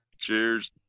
Cheers